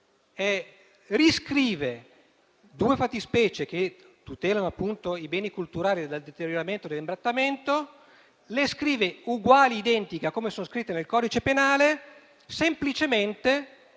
riscrive due fattispecie, che tutelano appunto i beni culturali dal deterioramento e dall'imbrattamento, uguali e identiche a come sono scritte nel codice penale, semplicemente